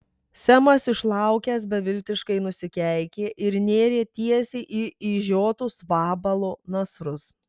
semas išlaukęs beviltiškai nusikeikė ir nėrė tiesiai į išžiotus vabalo nasrus